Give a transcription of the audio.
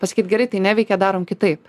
pasakyt gerai tai neveikia darom kitaip